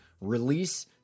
release